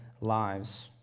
lives